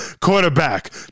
quarterback